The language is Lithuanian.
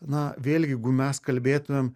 na vėlgi jeigu mes kalbėtumėm